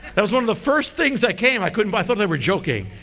that was one of the first things that came. i couldn't. i thought they were joking.